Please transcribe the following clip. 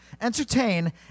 entertain